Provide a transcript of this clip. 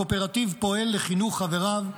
הקואופרטיב פועל לחינוך חבריו,